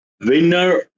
winner